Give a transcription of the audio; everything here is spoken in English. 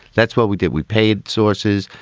that's what we did. we paid sources.